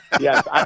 Yes